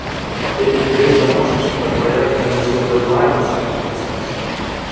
reikia greit damušt šitą projektą nes jau dedlainas ant nosies